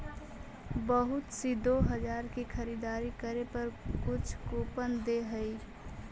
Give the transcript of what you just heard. बहुत सी दो हजार की खरीदारी करे पर कुछ कूपन दे हई